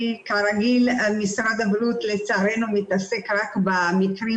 משרד הבריאות לצערנו מתעסק רק במקרים